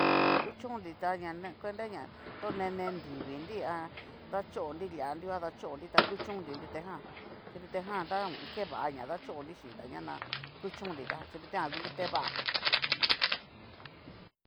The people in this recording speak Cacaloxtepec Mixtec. Kuchonnrita ña na cuenta ña to nene nrivinri a dachonri lia nunguan dachonri, ta kuchonnri nrutejan, chí nrutejan ta hu u un. keva ña dachonri xhinta ñana kuchonnritá xhi nrutejan ngu ruteva.